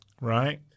Right